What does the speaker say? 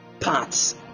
parts